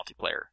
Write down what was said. multiplayer